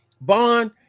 bond